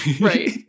right